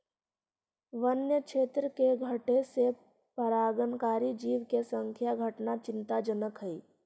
वन्य क्षेत्र के घटे से परागणकारी जीव के संख्या घटना चिंताजनक हइ